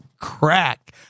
crack